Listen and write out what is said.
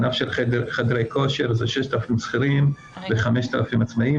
בענף של חדרי כושר זה 6,000 שכירים ו-5,000 עצמאים.